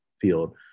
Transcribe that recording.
field